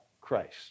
Christ